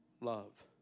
love